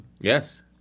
Yes